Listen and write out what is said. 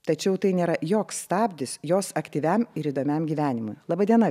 tačiau tai nėra joks stabdis jos aktyviam ir įdomiam gyvenimui laba diena